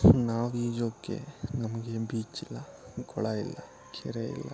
ನಾವು ಈಜೋಕೆ ನಮಗೆ ಬೀಚ್ ಇಲ್ಲ ಕೊಳ ಇಲ್ಲ ಕೆರೆ ಇಲ್ಲ